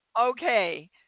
Okay